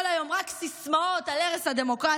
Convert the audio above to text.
כל היום רק סיסמאות על הרס הדמוקרטיה,